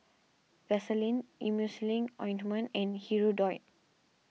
Vaselin Emulsying Ointment and Hirudoid